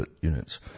units